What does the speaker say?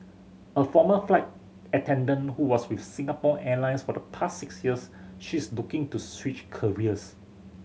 a former flight attendant who was with Singapore Airlines for the past six years she is looking to switch careers